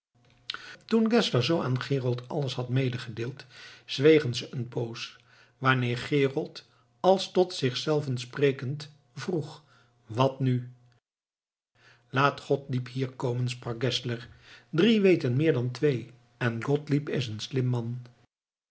toen geszler zoo aan gerold alles had medegedeeld zwegen ze eene poos waarna gerold als tot zichzelven sprekend vroeg wat nu laat gottlieb hier komen sprak geszler drie weten meer dan twee en gottlieb is een slim man